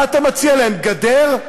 מה אתה מציע להם, גדר?